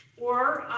or,